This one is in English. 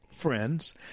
friends